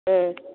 ಹ್ಞೂ